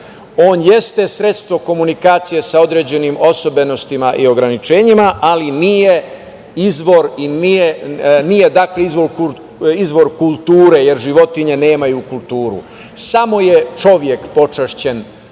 On jeste sredstvo komunikacije sa određenim osobenostima i ograničenjima, ali nije izvor kulture, jer životinje nemaju kulturu. Samo je čovek počašćen